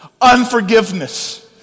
Unforgiveness